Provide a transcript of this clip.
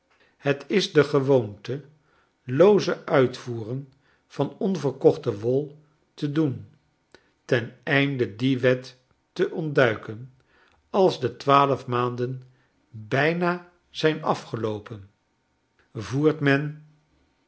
het is de gewoonte looze uitvoeren van onverkochte wol te doen ten einde die wette ontduiken alsde twaalf maanden bijna zijn afgeloopen voert men